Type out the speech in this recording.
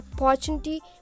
opportunity